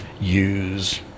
use